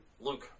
Luke